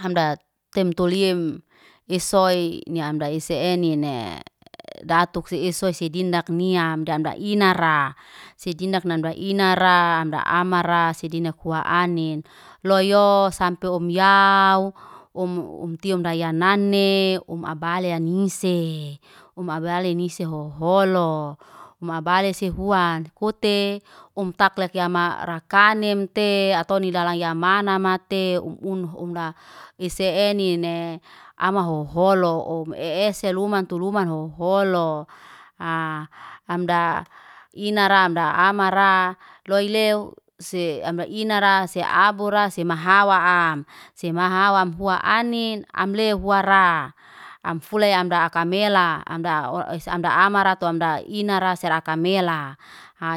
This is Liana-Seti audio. Hamdat temtoliyem esoi ni amda ese e enine, datuk si esoi si dindak niyam dam dainara. Sedindak nam dainara, amda amara sedindak hua aninin. Loiyo sampe omyauu om omtium omdaya nane omabalia nisee. Omabalia nise hoholoy, omabalia sehuan kote omtaklekia ama rakanemte atoni lalaya manamate um un ho onla ese enine. Ama hoholo omese luman tu luman hoholo. Aa amda inara amda amara loileo se amra inara se abura se mahawaam. Semahawa ham hua anin am lehua raa. Am fule amda aka mela. Amda amara tu amda inara seraka mela,